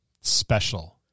special